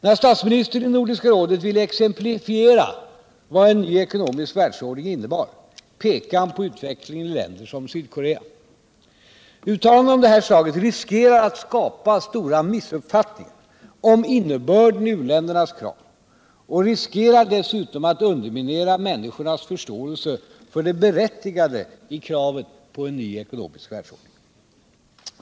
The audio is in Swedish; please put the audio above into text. När statsministern i Nordiska rådet ville exemplifiera vad en ny ekonomisk världsordning innebar pekade han på utvecklingen i länder som Sydkorea. Uttalanden av detta slag riskerar att skapa stora missuppfattningar om innebörden i u-länderas krav och riskerar dessutom att underminera människornas förståelse för det berättigade i kravet på en ny ekonomisk världsordning.